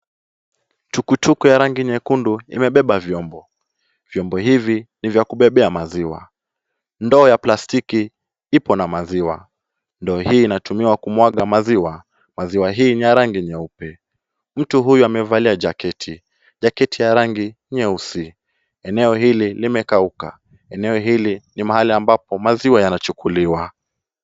Tukutuku ya rangi nyekundu imebeba vyombo ,vyombo hivi ni vya kubebea maziwa , ndoo ya plastiki ipo na maziwa , ndoo hii inatumiwa kumwaga maziwa ,maziwa hii ni ya rangi nyeupe ,mtu huyu amevalia jaketi ,jaketi ya rangi nyeus, eneo hili limekauka eneo hili ni mahali ambapo maziwa yanachukuliwa .